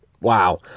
Wow